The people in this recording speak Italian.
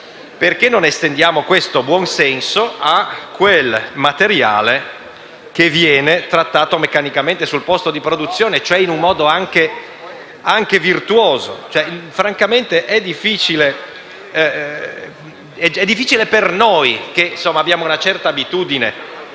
perché non si estenda tale buon senso al materiale trattato meccanicamente sul posto di produzione, cioè in un modo anche virtuoso. Francamente è difficile per noi che abbiamo una certa abitudine